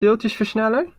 deeltjesversneller